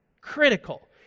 critical